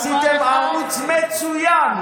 עשיתם ערוץ מצוין.